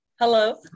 hello